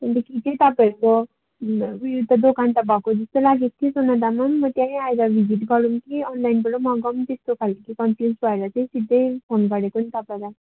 अन्तखेरि चाहिँ तपाईँहरूको उयो त दोकान त भएको जस्तो लागेको थियो सोनादामा म त्यहीँ आएर भिजिट गरौँ कि अनलाइनबाट मगाउँ त्यस्तो खाले कन्फ्युज भएर चाहिँ सिधै फोन गरेको नि तपाईँलाई